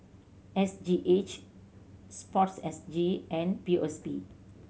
S G H SPORTSG and P O S B